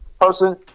person